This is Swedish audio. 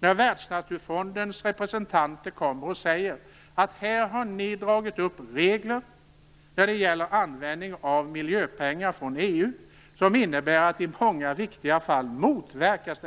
Världsnaturfondens representanter säger att vi har dragit upp regler när det gäller användning av miljöpengar från EU som innebär att den biologiska mångfalden i många viktiga fall motverkas.